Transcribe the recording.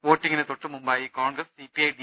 വോട്ടിങ്ങിന് തൊട്ടുമുമ്പായി Congress CPI D